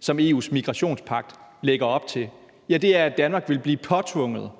som EU's migrationspagt lægger op til. Ja, det er altså, at Danmark vil blive påtvunget